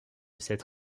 cette